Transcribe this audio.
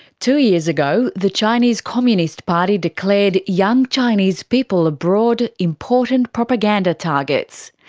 two years ago, the chinese communist party declared young chinese people abroad important propaganda targets.